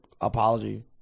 apology